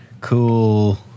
cool